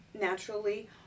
naturally